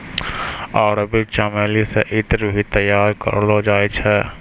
अरबी चमेली से ईत्र भी तैयार करलो जाय छै